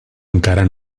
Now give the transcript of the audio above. encara